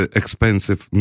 expensive